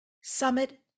summit